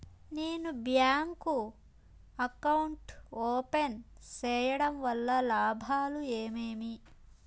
నేను bank account open సేయడం వల్ల లాభాలు ఏమేమి?